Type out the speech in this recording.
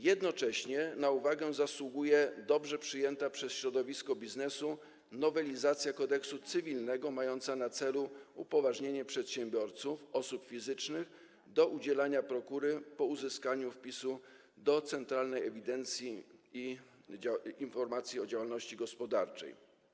Jednocześnie na uwagę zasługuje dobrze przyjęta przez środowisko biznesu nowelizacja Kodeksu cywilnego mająca na celu upoważnienie przedsiębiorców - osób fizycznych do udzielania prokury po uzyskaniu wpisu do Centralnej Ewidencji i Informacji o Działalności Gospodarczej.